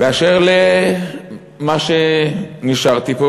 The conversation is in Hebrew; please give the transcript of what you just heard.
אשר למה שנשארתי פה,